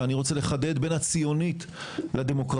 ואני רוצה לחדד, בין הציונית לדמוקרטית.